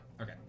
Okay